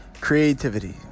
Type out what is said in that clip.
creativity